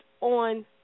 on